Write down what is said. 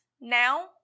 now